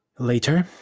later